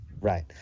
Right